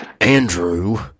Andrew